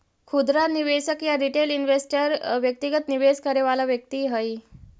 खुदरा निवेशक या रिटेल इन्वेस्टर व्यक्तिगत निवेश करे वाला व्यक्ति हइ